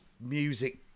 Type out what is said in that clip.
music